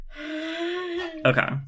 Okay